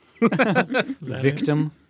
Victim